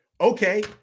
Okay